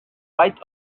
right